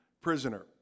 prisoner